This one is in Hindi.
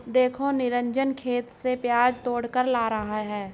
देखो निरंजन खेत से प्याज तोड़कर ला रहा है